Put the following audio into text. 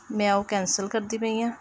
ਮੈਂ ਉਹ ਕੈਂਸਲ ਕਰਦੀ ਪਈ ਹਾਂ